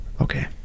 Okay